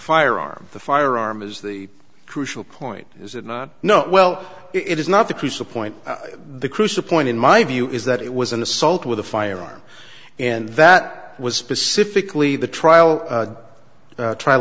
firearm the firearm is the crucial point is it not no well it is not the crucial point the crucial point in my view is that it was an assault with a firearm and that was specifically the trial trial